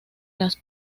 las